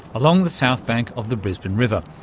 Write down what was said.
along the south bank of the brisbane river,